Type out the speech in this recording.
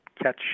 Catch